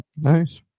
Nice